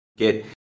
Get